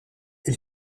elle